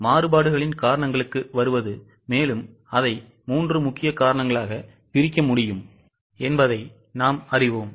இப்போது மாறுபாடுகளின் காரணங்களுக்கு வருவது மேலும் அதை 3 முக்கியகாரணங்களாகபிரிக்க முடியும் என்பதை நாம் அறிவோம்